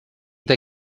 they